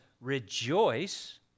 rejoice